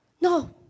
no